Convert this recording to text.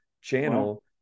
channel